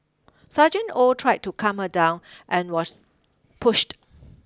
Sergeant Oh tried to calm her down and was pushed